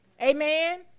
Amen